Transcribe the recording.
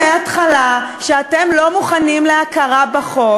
אמרתם מההתחלה שאתם לא מוכנים להכרה בחוק.